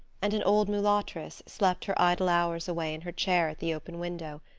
and an old mulatresse slept her idle hours away in her chair at the open window,